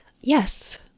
yes